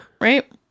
Right